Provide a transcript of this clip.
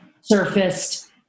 surfaced